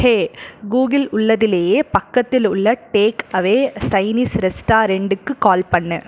hey Google உள்ளத்திலேயே பக்கத்தில் உள்ள டேக்அவே சைனீஸ் ரெஸ்டாரென்டுக்கு கால் பண்ணு